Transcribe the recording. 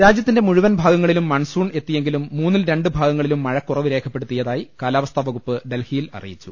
രാജ്യത്തിന്റെ മുഴുവൻ ഭാഗങ്ങളിലും മൺസൂൺ എത്തിയെ ങ്കിലും മൂന്നിൽ രണ്ട് ഭാഗങ്ങളിലും മഴക്കുറവ് രേഖപ്പെടുത്തിയ തായി കാലാവസ്ഥ വകുപ്പ് ഡൽഹിയിൽ അറിയിച്ചു